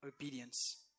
obedience